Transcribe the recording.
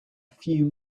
few